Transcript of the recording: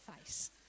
face